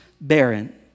barren